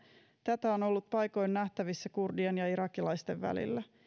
tätä on ollut paikoin nähtävissä kurdien ja irakilaisten välillä